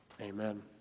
Amen